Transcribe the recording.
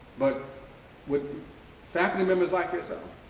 but with faculty members like yourself,